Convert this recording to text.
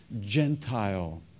Gentile